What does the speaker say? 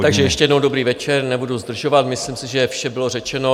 Takže ještě jednou dobrý večer, nebudu zdržovat, myslím si, že vše bylo řečeno.